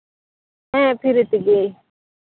ᱦᱮᱸ ᱯᱷᱨᱤ ᱛᱮᱜᱮ